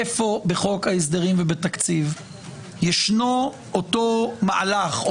איפה בחוק ההסדרים ובתקציב ישנו אותו מהלך או